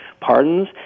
pardons